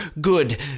good